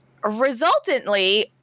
Resultantly